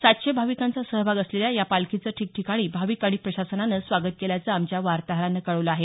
सातशे भाविकांचा सहभाग असलेल्या या पालखीचं ठिकठिकाणी भाविक आणि प्रशासनानं स्वागत केल्याचं आमच्या वार्ताहरानं कळवलं आहे